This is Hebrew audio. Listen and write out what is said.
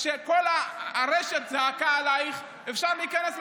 כשכל הרשת זעקה עלייך, אפשר להיכנס לפוסט.